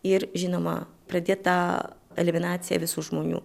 ir žinoma pradėta eliminacija visų žmonių